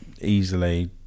easily